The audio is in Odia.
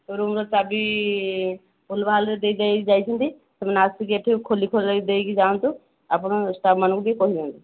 ରୁମ୍ର ଚାବିି ଭୁଲ୍ ଭାଲ୍ରେ ଦେଇ ଯାଇ ଯାଇଛନ୍ତି ସେମାନେ ଆସିକି ଏଇଠି ଖୋଲି ଖୋଲାକି ଦେଇକି ଯାଆନ୍ତୁ ଆପଣ ଷ୍ଟାଫ୍ମାନଙ୍କୁ ଟିକିଏ କହିଦିଅନ୍ତୁ